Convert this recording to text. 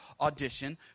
audition